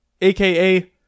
aka